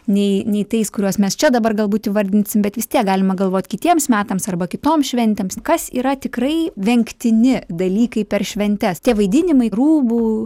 nei nei tais kuriuos mes čia dabar galbūt įvardinsim bet vis tiek galima galvot kitiems metams arba kitoms šventėms kas yra tikrai vengtini dalykai per šventes tie vaidinimai rūbų